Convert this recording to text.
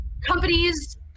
companies